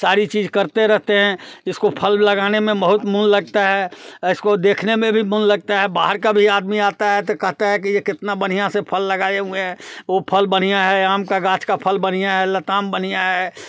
सारी चीज करते रहते हैं इसको फल लगाने में बहुत मोन लगता है इसको देखने में भी मोन लगता है बाहर का भी आदमी आता है तो कहता है कि ये कितना बढ़िया से फल लगाए हुए हैं वो फल बढ़िया है आम का गाछ का फल बढ़िया है लताम बढिया हैं